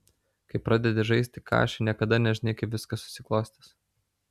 kai pradedi žaisti kašį niekada nežinai kaip viskas susiklostys